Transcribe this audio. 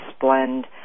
blend